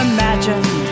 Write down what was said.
Imagine